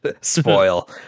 spoil